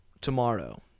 tomorrow